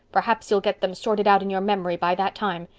perhaps you'll get them sorted out in your memory by that time.